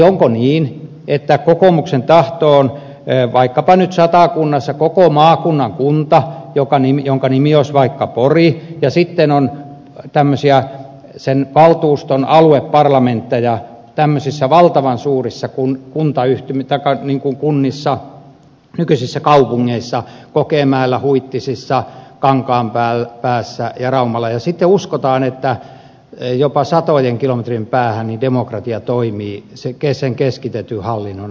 onko niin että kokoomuksen tahto on vaikkapa nyt satakunnassa koko maakunnan kunta jonka nimi olisi vaikka pori ja sitten on tämmöisiä sen valtuuston alueparlamentteja tämmöisissä valtavan suurissa kunnissa nykyisissä kaupungeissa kokemäellä huittisissa kankaanpäässä ja raumalla ja sitten uskotaan että jopa satojen kilometrien päähän demokratia toimii sen keskitetyn hallinnon alla